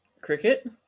cricket